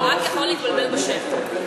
אתה יכול להתבלבל רק בשם.